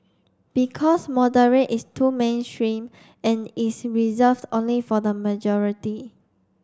because moderate is too mainstream and is reserved only for the majority